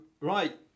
Right